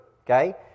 okay